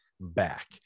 back